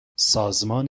سازمان